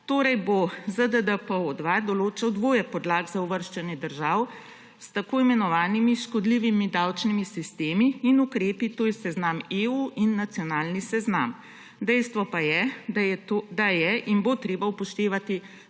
torej bo ZDDPO-2 določal dvoje podlag za uvrščanje držav s tako imenovanimi škodljivimi davčnimi sistemi in ukrepi, to je seznam EU in nacionalni seznam. Dejstvo pa je, da je in bo treba upoštevati